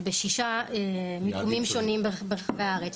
בשישה מיקומים שונים ברחבי הארץ,